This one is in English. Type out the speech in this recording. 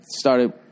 started